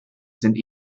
sind